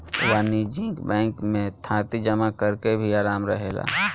वाणिज्यिक बैंकिंग में थाती जमा करेके भी आराम रहेला